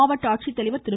மாவட்ட ஆட்சித்தலைவர் திரு